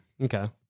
Okay